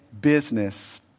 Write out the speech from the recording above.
business